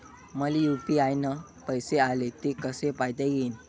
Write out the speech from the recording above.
मले यू.पी.आय न पैसे आले, ते कसे पायता येईन?